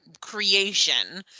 creation